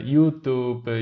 Youtube